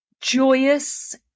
joyous